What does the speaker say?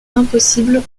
impossible